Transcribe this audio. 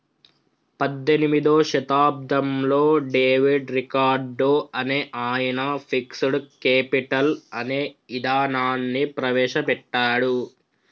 పద్దెనిమిదో శతాబ్దంలో David Ricardo అనే ఆయన ఫిక్స్డ్ కేపిటల్ అనే ఇదానాన్ని ప్రవేశ పెట్టాడు